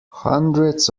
hundreds